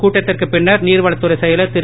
கூட்டத்திற்கு பின்னர் நீர்வளத்துறை செயலர் திரு